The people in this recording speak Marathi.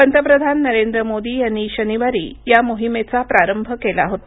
पंतप्रधान नरेंद्र मोदी यांनी शनिवारी या योजनेचाप्रारंभ केला होता